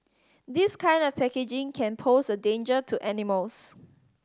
this kind of packaging can pose a danger to animals